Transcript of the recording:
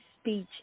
speech